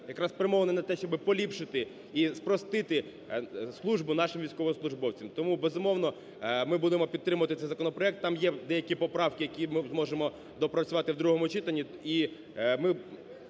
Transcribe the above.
якраз спрямований на те, щоби поліпшити і спростити службу нашим військовослужбовцям. Тому, безумовно, ми будемо підтримувати цей законопроект. Там є деякі поправки, які ми зможемо доопрацювати в другому читанні,